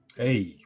Hey